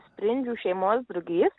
sprindžių šeimos drugys